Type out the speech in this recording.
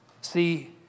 See